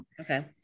Okay